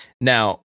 now